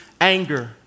anger